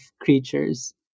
creatures